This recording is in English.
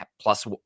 plus